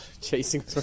chasing